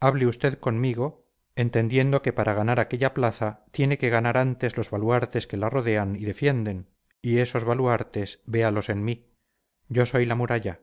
hable usted conmigo entendiendo que para ganar aquella plaza tiene que ganar antes los baluartes que la rodean y defienden y esos baluartes véalos en mí yo soy la muralla